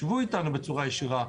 שבו איתנו בצורה ישירה,